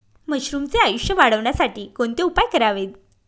मशरुमचे आयुष्य वाढवण्यासाठी कोणते उपाय करावेत?